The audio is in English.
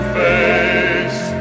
face